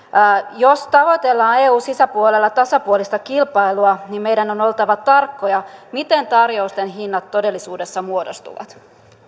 jos tavoitellaan eun sisäpuolella tasapuolista kilpailua niin meidän on oltava tarkkoja siinä miten tarjousten hinnat todellisuudessa muodostuvat